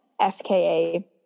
FKA